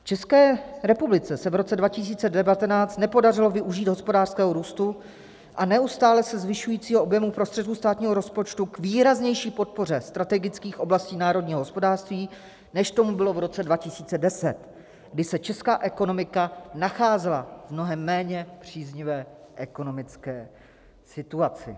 České republice se v roce 2019 nepodařilo využít hospodářského růstu a neustále se zvyšujícího objemu prostředků státního rozpočtu k výraznější podpoře strategických oblastí národního hospodářství, než tomu bylo v roce 2010, kdy se česká ekonomika nacházela v mnohem méně příznivé ekonomické situaci.